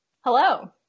Hello